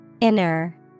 Inner